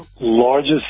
largest